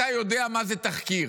אתה יודע מה זה תחקיר.